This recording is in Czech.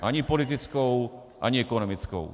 Ani politickou, ani ekonomickou.